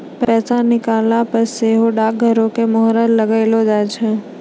पैसा निकालला पे सेहो डाकघरो के मुहर लगैलो जाय छै